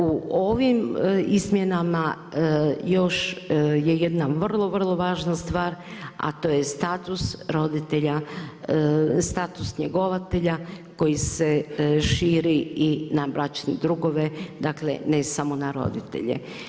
U ovim izmjenama još je jedna vrlo, vrlo važna stvar, a to je status njegovatelja koji se širi i na bračne drugove, dakle ne samo na roditelje.